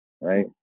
right